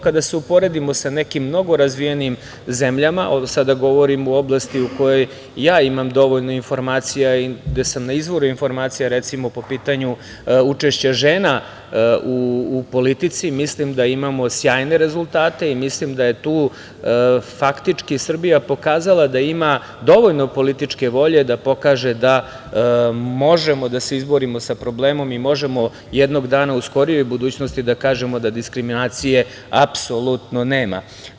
Kada se uporedim sa nekim mnogom razvijenim zemljama, sada govorim u oblasti u kojoj ja dovoljno informacija i gde sam na izvoru informacija, recimo o pitanju učešća žena u politici, mislim da imamo sjajne rezultate, mislim da je tu faktički Srbija pokazala da ima dovoljno političke volje da pokaže da možemo da se izborimo sa problemom i možemo jednog dana, u skorijoj budućnosti, da kažemo da diskriminacije, apsolutno nema.